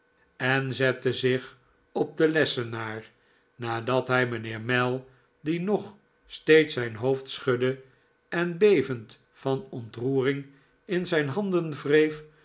steerforth zette zich op den lessenaar nadat hij mijnheer mell die nog steeds zijn hoofd schudde en bevend van ontroering in zijn handen wreef